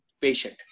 patient